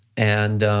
and